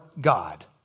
God